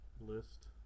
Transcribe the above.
list